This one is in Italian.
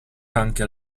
anche